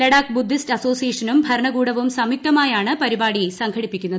Ladakh Buddhist അസോസിയേഷനും ഭരണകൂടവും സംയുക്തമായാണ് പരിപാടി സംഘടിപ്പിക്കുന്നത്